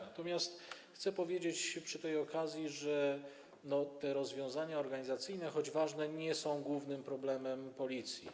Natomiast chcę powiedzieć przy tej okazji, że te rozwiązania organizacyjne, choć ważne, nie są głównym problemem Policji.